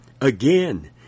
Again